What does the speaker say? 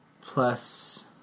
Plus